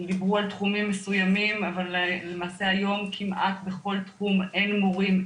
דיברו על תחומים מסויימים אבל למעשה היום כמעט בכל תחום אין מורים.